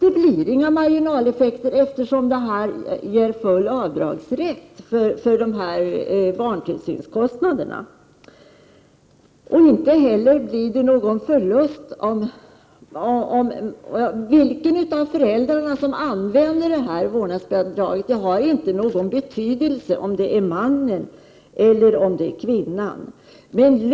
Det blir inga marginaleffekter, eftersom detta ger full rätt till avdrag för barntillsynskostnaderna. Inte heller blir det någon förlust. Det har ingen betydelse om det är mannen eller kvinnan som använder vårdnadsbidraget.